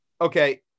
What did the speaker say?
okay